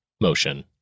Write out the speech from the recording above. Motion